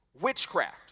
Witchcraft